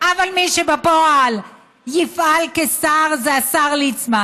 אבל מי שבפועל יפעל כשר זה השר ליצמן.